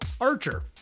Archer